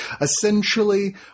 essentially